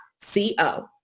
C-O